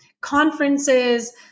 conferences